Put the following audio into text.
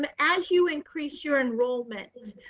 um as you increase your enrollment,